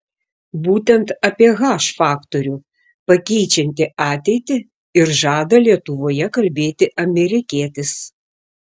būtent apie h faktorių pakeičiantį ateitį ir žada lietuvoje kalbėti amerikietis